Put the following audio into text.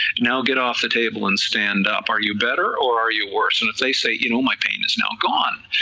now get off the table and stand up, are you better or are you worse, and if they say you know my pain is now gone,